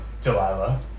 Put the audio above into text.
Delilah